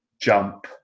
jump